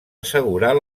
assegurar